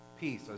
Peace